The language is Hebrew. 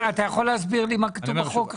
אתה יכול להסביר לי מה כתוב עכשיו בחוק?